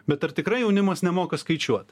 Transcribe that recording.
bet ar tikrai jaunimas nemoka skaičiuot